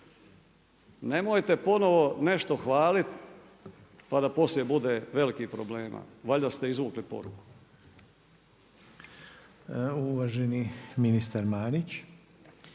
nemojte ponovo nešto hvaliti pa da poslije bude velikih problema. Valjda ste izvukli poruku.